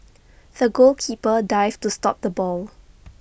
the goalkeeper dived to stop the ball